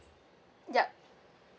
yup